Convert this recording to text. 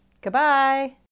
Goodbye